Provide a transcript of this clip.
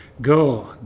Go